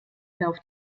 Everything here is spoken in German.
lauf